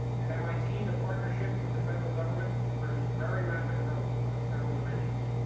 at mit, the partnership with the federal government produced very rapid growth on several dimensions.